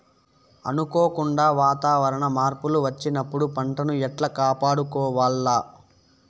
అనుకోకుండా వాతావరణ మార్పులు వచ్చినప్పుడు పంటను ఎట్లా కాపాడుకోవాల్ల?